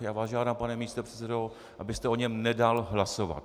Já vás žádám, pane místopředsedo, abyste o něm nedal hlasovat.